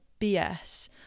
BS